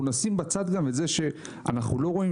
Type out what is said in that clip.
אנחנו נשים בצד גם את זה שאנחנו לא רואים